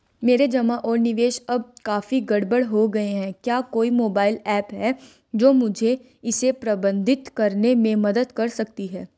मेरे जमा और निवेश अब काफी गड़बड़ हो गए हैं क्या कोई मोबाइल ऐप है जो मुझे इसे प्रबंधित करने में मदद कर सकती है?